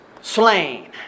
slain